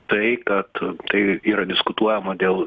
tai kad tai yra diskutuojama dėl